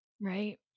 Right